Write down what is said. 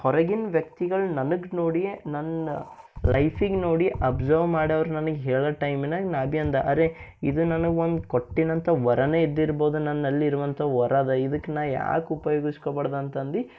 ಹೊರಗಿನ ವ್ಯಕ್ತಿಗಳು ನನಗೆ ನೋಡಿ ನನ್ನ ಲೈಫಿಗೆ ನೋಡಿ ಅಬ್ಸರ್ವ್ ಮಾಡವ್ರು ನನಗೆ ಹೇಳೋ ಟೈಮ್ನಾಗ ನಾನು ಭೀ ಅಂದೆ ಅರೆ ಇದು ನನಗೆ ಒಂದು ಕೊಟ್ಟಿನಂತ ವರನೇ ಇದ್ದಿರ್ಬೋದು ನನ್ನಲಿರುವಂಥ ವರ ಅದ ಇದಕ್ ನಾನು ಯಾಕೆ ಉಪಯೋಗಿಸ್ಕೊಬಾರ್ದು ಅಂತ ಅಂದು